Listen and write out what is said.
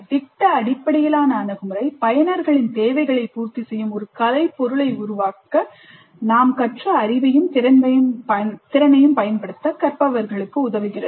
திட்ட அடிப்படையிலான அணுகுமுறை பயனர்களின் தேவைகளை பூர்த்திசெய்யும் ஒரு கலைப்பொருளை உருவாக்க நாங்கள் கற்ற அறிவையும் திறனையும் பயன்படுத்த கற்பவர்களுக்கு உதவுகிறது